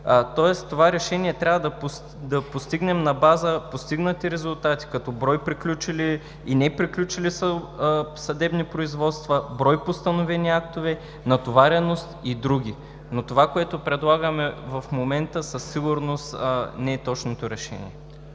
това решение трябва да вземем на база постигнати резултати, като брой приключили и неприключили съдебни производства, брой постановени актове, натовареност и други. Но това, което предлагаме в момента, със сигурност не е точното решение.